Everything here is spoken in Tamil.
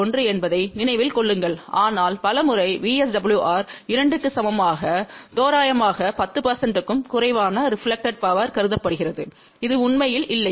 1 என்பதை நினைவில் கொள்ளுங்கள் ஆனால் பல முறை VSWR 2 க்கு சமமாக தோராயமாக 10 க்கும் குறைவான ரெபிளேக்டெட் பவர்யாக கருதப்படுகிறது இது உண்மையில் இல்லை